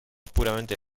puramente